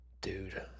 Dude